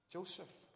Joseph